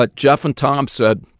but jeff and tom said,